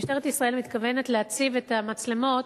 משטרת ישראל מתכוונת להציב את המצלמות